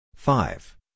Five